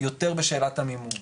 יותר בשאלת המימון.